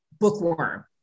bookworm